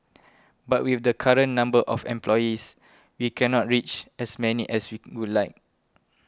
but with the current number of employees we cannot reach as many as we would like